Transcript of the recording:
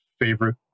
favorite